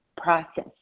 process